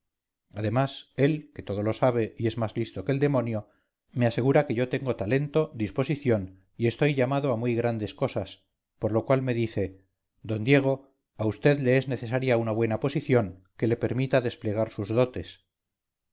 además él que todo lo sabe y es más listo que el demonio me asegura que yo tengo talento disposición y estoy llamado a muy grandes cosas por lo cual me dice don diego a vd le es necesaria una buena posición que le permita desplegar sus dotes